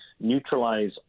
neutralize